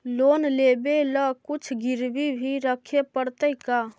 Loan लेबे ल कुछ गिरबी भी रखे पड़तै का?